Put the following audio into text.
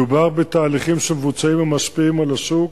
מדובר בתהליכים שמבוצעים ומשפיעים על השוק.